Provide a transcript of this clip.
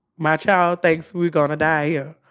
my child thinks we're gonna die here.